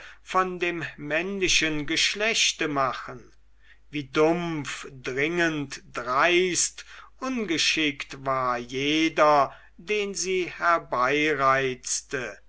von dem männlichen geschlechte machen wie dumpf dreist ungeschickt war jeder den sie